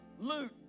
loot